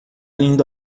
lindo